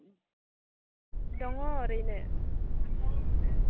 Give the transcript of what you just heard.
दङ ओरैनो दे